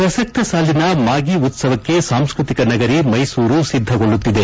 ಪ್ರಸಕ್ತ ಸಾಲಿನ ಮಾಗಿ ಉತ್ಸವಕ್ಕೆ ಸಾಂಸ್ಟೃತಿಕ ನಗರಿ ಮೈಸೂರು ಸಿದ್ದಗೊಳ್ಳುತ್ತಿದೆ